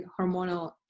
hormonal